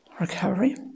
recovery